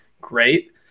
great